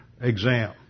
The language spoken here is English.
exam